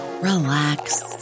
relax